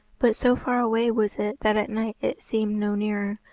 but so far away was it that at night it seemed no nearer,